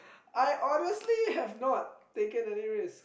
I honestly have not taken any risks